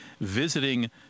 visiting